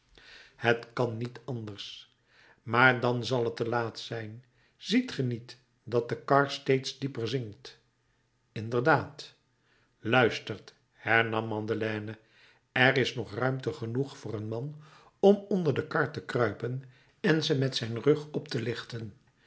het kan niet anders maar dan zal het te laat zijn ziet ge niet dat de kar steeds dieper zinkt inderdaad luistert hernam madeleine er is nog ruimte genoeg voor een man om onder de kar te kruipen en ze met zijn rug op te lichten